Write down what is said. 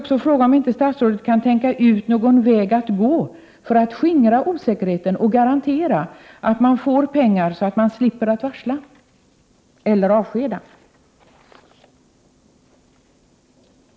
Kan statsrådet tänka ut någon väg att gå för att skingra osäkerheten och garantera att IPM får pengar så att man slipper varsla om uppsägning eller avskeda någon?